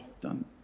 done